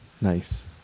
Nice